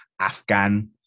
Afghan